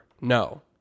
No